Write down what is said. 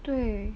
对